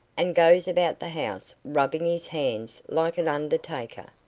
and goes about the house rubbing his hands like an undertaker.